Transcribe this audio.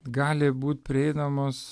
gali būt prieinamos